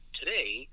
today